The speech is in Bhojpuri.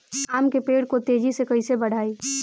आम के पेड़ को तेजी से कईसे बढ़ाई?